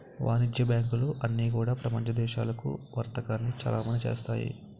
వాణిజ్య బ్యాంకులు అన్నీ కూడా ప్రపంచ దేశాలకు వర్తకాన్ని చలామణి చేస్తాయి